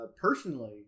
personally